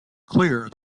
clear